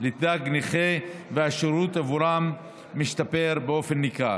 לתג נכה והשירות עבורם ועבורן משתפר באופן ניכר.